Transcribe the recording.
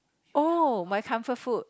oh my comfort food